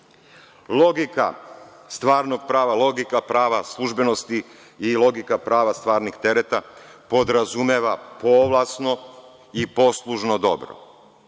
logika stvarnog prava, logika prava službenosti i logika prava stvarnih tereta podrazumeva povlasno i poslužno dobro.